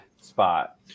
spot